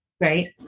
right